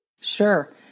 Sure